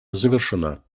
завершена